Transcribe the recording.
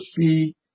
see